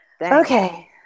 Okay